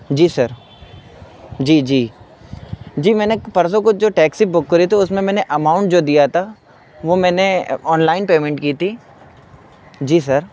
جی sir جی جی جی میں نے پرسوں کو جو ٹیکسی بک کری تھی اس میں میں نے اماؤنٹ جو دیا تھا وہ میں نے آن لائن پیمنٹ کی تھی جی سر